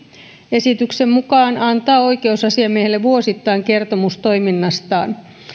esityksen mukaan antaa oikeusasiamiehelle vuosittain kertomus toiminnastaan